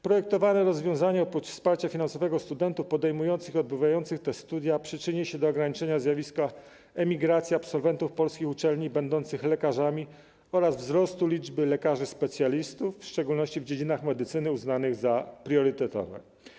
Projektowane rozwiązanie oprócz wsparcia finansowego studentów podejmujących i odbywających te studia przyczyni się do ograniczenia zjawiska emigracji absolwentów polskich uczelni będących lekarzami oraz wzrostu liczby lekarzy specjalistów, w szczególności w dziedzinach medycyny uznanych za priorytetowe.